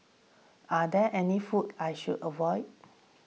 are there any foods I should avoid